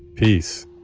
peace